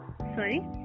sorry